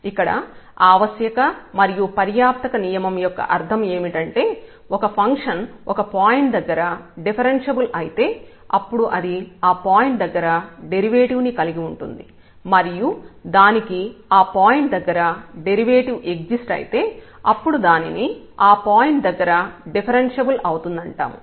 ఇక్కడ ఆవశ్యక మరియు పర్యాప్తక నియమం యొక్క అర్థం ఏమిటంటే ఒక ఫంక్షన్ ఒక పాయింట్ దగ్గర డిఫరెన్ష్యబుల్ అయితే అప్పుడు అది ఆ పాయింట్ దగ్గర డెరివేటివ్ ను కలిగి ఉంటుంది మరియు దానికి ఆ పాయింట్ దగ్గర డెరివేటివ్ ఎగ్జిస్ట్ అయితే అప్పుడు దానిని ఆ పాయింట్ దగ్గర డిఫరెన్ష్యబుల్ అవుతుందంటాము